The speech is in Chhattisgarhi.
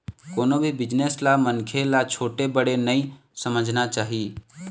कोनो भी बिजनेस ल मनखे ल छोटे बड़े नइ समझना चाही